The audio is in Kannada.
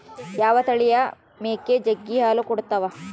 ಯಾವ ತಳಿಯ ಮೇಕೆ ಜಗ್ಗಿ ಹಾಲು ಕೊಡ್ತಾವ?